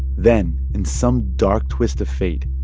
then, in some dark twist of fate,